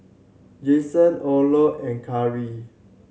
Jason Orlo and Kari